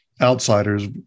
outsiders